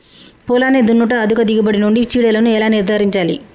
పొలాన్ని దున్నుట అధిక దిగుబడి నుండి చీడలను ఎలా నిర్ధారించాలి?